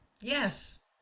Yes